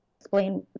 explain